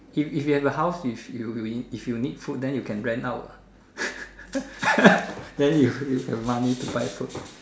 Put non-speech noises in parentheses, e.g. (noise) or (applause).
if if you have a house if if you if you need food then you can rent out what (laughs) then you you have money to buy food